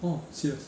orh serious